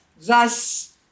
thus